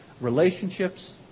relationships